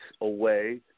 away